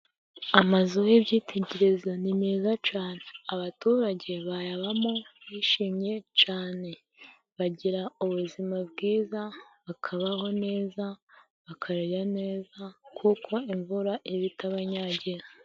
Amazu y'ibyitegereza ni meza cane, abaturage bayabamo bishimye cane. Bagira ubuzima bwiza, bakabaho neza, bakarera neza kuko imvura iba itabanyagira.